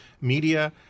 media